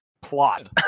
plot